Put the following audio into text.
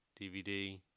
DVD